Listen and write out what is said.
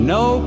no